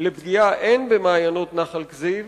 לפגיעה הן במעיינות נחל כזיב